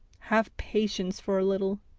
have patience for a little,